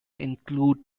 include